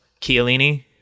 Chiellini